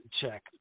check